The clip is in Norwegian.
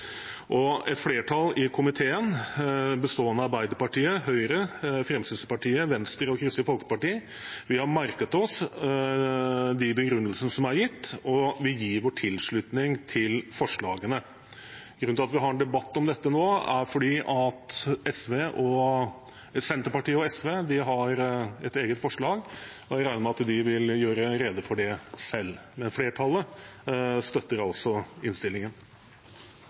Et flertall i komiteen, bestående av Arbeiderpartiet, Høyre, Fremskrittspartiet, Venstre og Kristelig Folkeparti, har merket seg de begrunnelsene som er gitt, og gir sin tilslutning til forslagene. Grunnen til at vi har en debatt om dette nå, er at Senterpartiet og SV har et eget forslag. Jeg regner med at de vil gjøre rede for det selv. Flertallet støtter altså innstillingen.